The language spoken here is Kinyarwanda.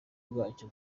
bwacyo